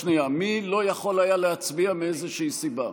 מי לא יכול היה להצביע מאיזושהי סיבה?